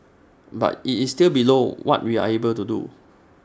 but IT is still below what we are able to do